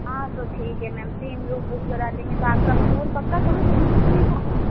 हाँ तो ठीक है मैम तीन रूम बुक करा देंगे तो आपका टूर पक्का करूँ जम्मू कश्मीर का